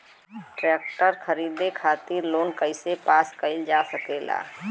Tractor खरीदे खातीर loan कइसे पास करल जा सकेला?